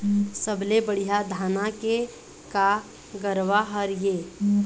सबले बढ़िया धाना के का गरवा हर ये?